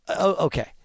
Okay